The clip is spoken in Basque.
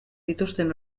dituzten